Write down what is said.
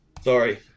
Sorry